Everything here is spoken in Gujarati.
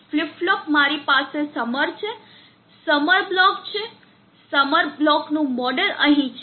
ફ્લિપ ફ્લોપ મારી પાસે સમર છે સમર બ્લોક છે સમર બ્લોકનું મોડેલ અહીં છે